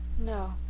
no,